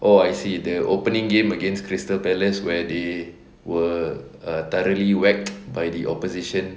oh I see the opening game against crystal palace where they were thoroughly whacked by the opposition